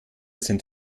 sind